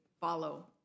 follow